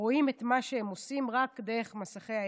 רואים את מה שהם עושים רק דרך מסכי ה-HD.